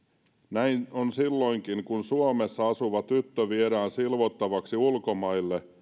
näin on silloinkin kun suomessa asuva tyttö viedään silvottavaksi ulkomaille